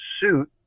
suit